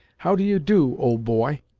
how do you do, old boy?